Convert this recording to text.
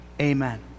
Amen